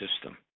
system